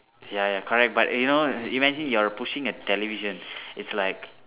ya ya correct but you know imagine you're pushing a television it's like